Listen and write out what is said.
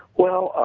well,